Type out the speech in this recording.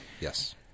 Yes